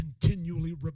continually